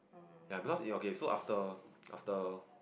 ya because it was okay so after after